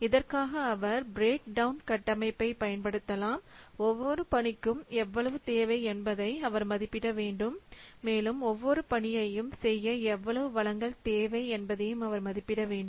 இதற்காக அவர் breakdown கட்டமைப்பை பயன்படுத்தலாம் ஒவ்வொரு பணிக்கும் எவ்வளவு தேவை என்பதை அவர் மதிப்பிட வேண்டும் மேலும் ஒவ்வொரு பணியையும் செய்ய எவ்வளவு வளங்கள் தேவை என்பதையும் அவர் மதிப்பிட வேண்டும்